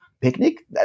picnic